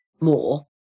more